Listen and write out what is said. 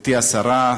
גברתי השרה,